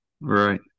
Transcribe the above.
Right